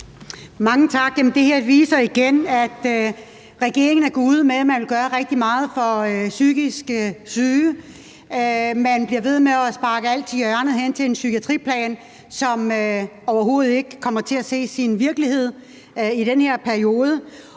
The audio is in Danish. Mange tak. Det her viser igen, at regeringen er gået ud med, at man vil gøre rigtig meget for psykisk syge. Man bliver ved med at sparke alt til hjørne og hen til en psykiatriplan, som overhovedet ikke kommer til at se sin virkelighed i den her periode.